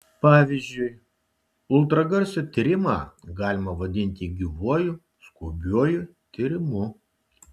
pavyzdžiui ultragarso tyrimą galima vadinti gyvuoju skubiuoju tyrimu